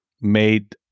made